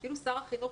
אפילו שר החינוך,